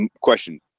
Question